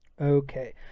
Okay